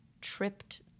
tripped